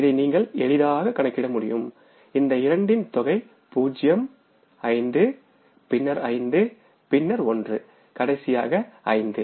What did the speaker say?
இதை நீங்கள் எளிதாக கணக்கிட முடியும் இந்த இரண்டின் தொகை பூஜ்ஜியம் ஐந்து பின்னர் ஐந்து பின்னர் ஒன்று கடைசியாக ஐந்து